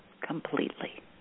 completely